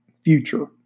future